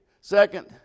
second